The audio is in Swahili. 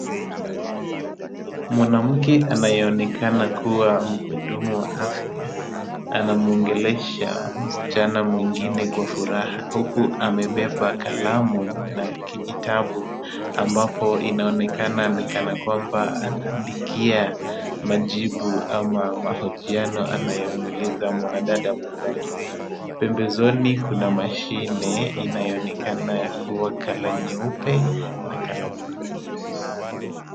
Mwanamke anayeonekana kuwa mhudumu wa afya ,anamuongelesha msichana mwingine kwa furaha huku amebeba kalamu na kijitabu ambapo inaonekana ni kana kwamba anaandikia majibu ama mahojiano anayomuuliza mwanadada mwenzake. Pembezoni kuna mashine inayoonekana kuwa colour nyeupe na colour buluu.